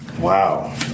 Wow